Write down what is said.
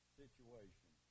situation